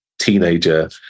teenager